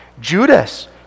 Judas